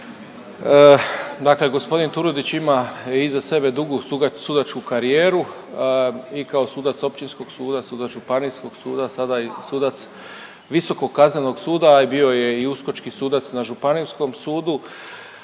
Dakle gospodin Turudić ima iza sebe dugu sudačku karijeru i kao sudac Općinskog suda, sudac Županijskog suda, sada i sudac Visokog kaznenog suda, a i bio je i uskočki sudac na Županijskom sudu.